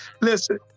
listen